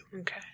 Okay